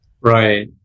Right